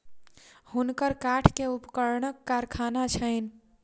हुनकर काठ के उपकरणक कारखाना छैन